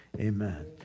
amen